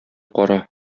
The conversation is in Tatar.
кара